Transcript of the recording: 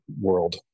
world